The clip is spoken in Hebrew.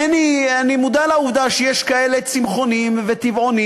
אני מודע לעובדה שיש כאלה צמחונים וטבעונים.